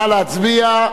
נא להצביע.